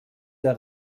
der